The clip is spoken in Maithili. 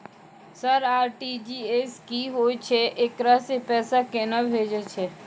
सर आर.टी.जी.एस की होय छै, एकरा से पैसा केना भेजै छै?